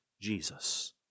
Jesus